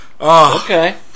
Okay